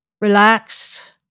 relaxed